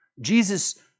Jesus